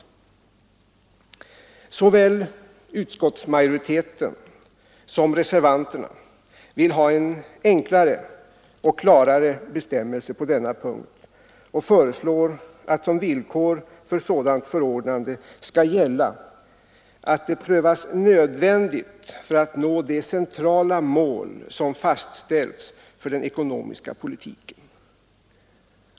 Såväl utskottsmajoriteten som reservanterna vill ha en enklare och klarare bestämmelse på denna punkt och föreslår att som villkor för sådant förordnande skall gälla att det prövas nödvändigt för att nå de centrala mål som fastställts för den ekonomiska politiken.